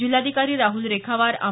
जिल्हाधिकारी राहुल रेखावार आ